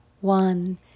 One